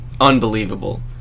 unbelievable